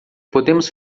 podemos